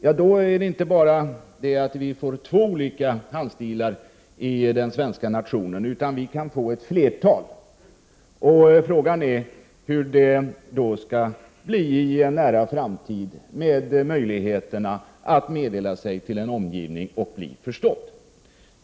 Vi kommer därmed att inte bara få två olika handstilar i den svenska nationen, utan vi kan få ett flertal. Frågan är hur det i en nära framtid kommer att bli med möjligheterna att skriftligen meddela sig med sin omgivning och bli förstådd.